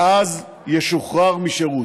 ואז ישוחרר משירות.